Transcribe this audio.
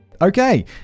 Okay